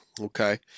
okay